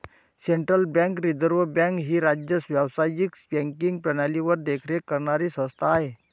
central bank reserve bank ही राज्य व्यावसायिक बँकिंग प्रणालीवर देखरेख करणारी संस्था आहे